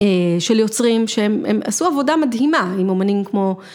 של יוצרים שהם עשו עבודה מדהימה עם אומנים כמו.